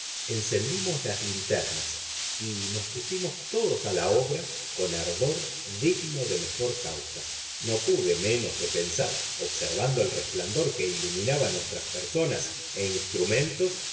encendimos las linternas y nos pusimos todos a la obra con ardor digno de mejor causa no pude menos de pensar observando el resplandor que iluminaba nuestras personas e instrumentos